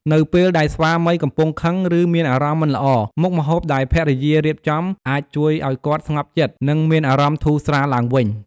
នៅពេលដែលស្វាមីកំពុងខឹង ឬមានអារម្មណ៍មិនល្អ មុខម្ហូបដែលភរិយារៀបចំអាចជួយឲ្យគាត់ស្ងប់ចិត្ត និងមានអារម្មណ៍ធូរស្រាលឡើងវិញ។